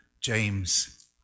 James